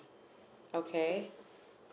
okay